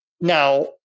now